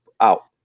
out